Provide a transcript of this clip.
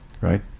right